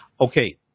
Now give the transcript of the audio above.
Okay